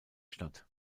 statt